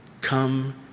Come